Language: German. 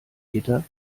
gitter